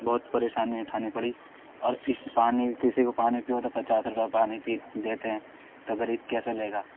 بہت پریشانی اٹھانی پڑی اور اس پانی کسی کو پانی پیو تو پچاس روپیہ پانی پی دیتے ہیں تو غریب کیسے لے گا